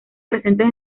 presentes